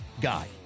guy